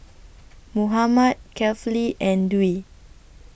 Muhammad Kefli and Dwi